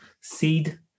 seed